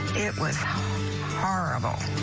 it was horrible.